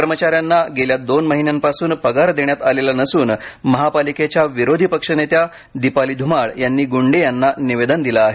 कर्मचाऱ्यांना गेल्या दोन महिन्यापासून पगार देण्यात आलेला नसून महापालिकेच्या विरोधी पक्षनेत्या दिपाली धुमाळ यांनी गुंडे यांना निवेदन दिलं आहे